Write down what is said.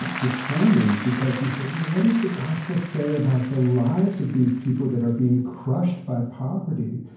and determined because he said, well, what does the gospel say about the lives of these people that are being crushed by poverty?